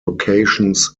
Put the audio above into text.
locations